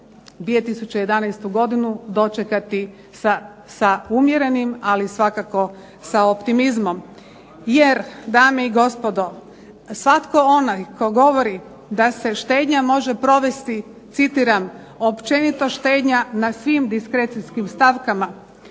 2011. godinu dočekati sa umjerenim, ali svakako sa optimizmom. Jer, dame i gospodo, svatko onaj tko govori da se štednja može provesti, citiram: "Općenito štednja na svim diskrecijskim stavkama",